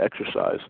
exercise